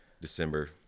December